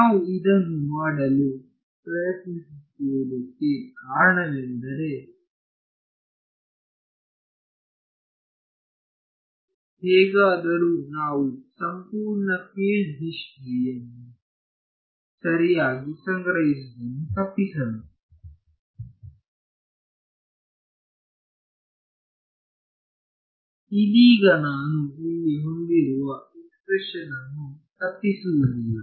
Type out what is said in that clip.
ನಾವು ಇದನ್ನು ಮಾಡಲು ಪ್ರಯತ್ನಿಸುತ್ತಿರುವುದಕ್ಕೆ ಕಾರಣವೆಂದರೆ ಹೇಗಾದರೂ ನಾವು ಸಂಪೂರ್ಣ ಫೀಲ್ಡ್ ಹಿಸ್ಟರಿ ವನ್ನು ಸರಿಯಾಗಿ ಸಂಗ್ರಹಿಸುವುದನ್ನು ತಪ್ಪಿಸಲು ಇದೀಗ ನಾನು ಇಲ್ಲಿ ಹೊಂದಿರುವ ಎಕ್ಸ್ಪ್ರೆಶನ್ ಅದನ್ನು ತಪ್ಪಿಸುವುದಿಲ್ಲ